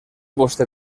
vostè